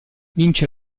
vince